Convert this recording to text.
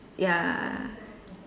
ya